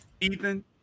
Ethan